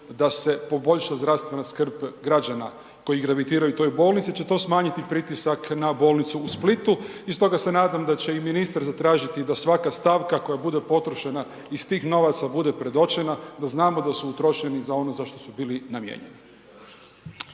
da se poboljša zdravstvena skrb građana koji gravitiraju toj bolnici će to smanjiti pritisak na Bolnicu u Splitu i stoga se nadam da će i ministar zatražiti da svaka stavka koja bude potrošena iz tih novaca bude predočena da znamo da su utrošeni za ono za što su bili namijeni.